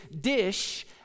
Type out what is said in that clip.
dish